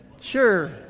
Sure